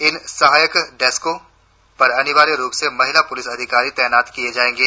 इन सहायक डेस्कों पर अनिवार्य रुप से महिला पुलिस अधिकारी तैनात किए जाएंगे